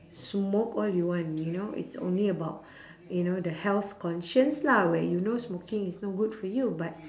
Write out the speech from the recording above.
smoke all you want you know it's only about you know the health conscience lah where you know smoking is no good for you but